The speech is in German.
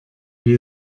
wie